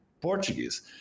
Portuguese